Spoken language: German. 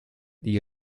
die